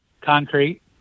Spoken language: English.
concrete